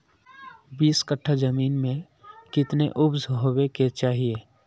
बीस कट्ठा जमीन में कितने उपज होबे के चाहिए?